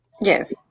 Yes